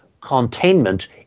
containment